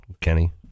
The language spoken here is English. Kenny